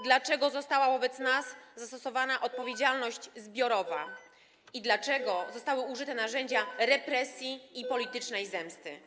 Dlaczego została wobec nas zastosowana odpowiedzialność zbiorowa i dlaczego zostały użyte narzędzia represji i politycznej zemsty?